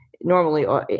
normally